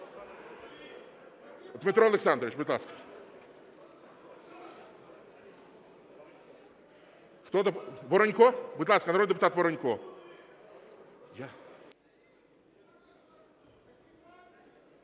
Дмитре Олександровичу, будь ласка. Воронько? Будь ласка, народний депутат Воронько.